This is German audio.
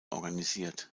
organisiert